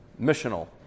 missional